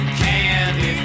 candy